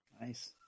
Nice